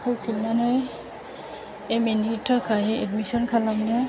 फैफिननानै M A नि थाखाय एदमिसन खालामनो